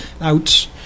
out